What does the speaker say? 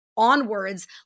onwards